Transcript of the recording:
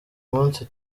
munsi